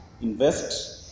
invest